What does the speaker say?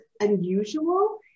unusual